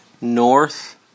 North